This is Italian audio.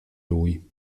lui